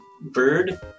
bird